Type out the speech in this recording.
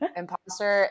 imposter